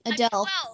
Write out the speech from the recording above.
Adele